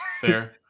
Fair